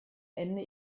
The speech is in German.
ende